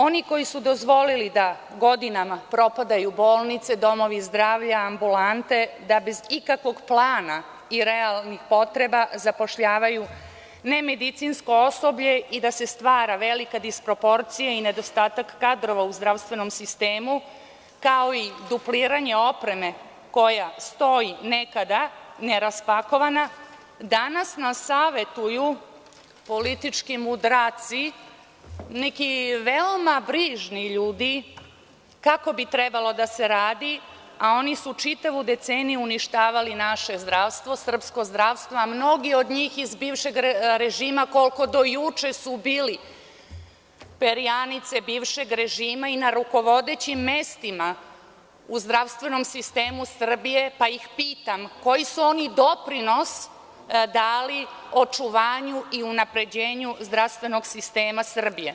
Oni koji su dozvolili da godinama propadaju bolnice, domovi zdravlja, ambulante, da bez ikakvog plana i realnih potreba zapošljavaju nemedicinsko osoblje i da se stvara velika disproporcija i nedostatak kadrova u zdravstvenom sistemu kao i dupliranje opreme koja stoji nekada neraspakovana, danas nas savetuju politički mudraci, neki veoma brižni ljudi, kako bi trebalo da se radi a oni su čitavu deceniju uništavali naše zdravstvo, srpsko zdravstvo, a mnogi od njih iz bivšeg režima, koliko do juče su bili perjanice bivšeg režima i na rukovodećim mestima u zdravstvenom sistemu Srbije, pa ih pitam koji su oni doprinos dali očuvanju i unapređenju zdravstvenog sistema Srbije.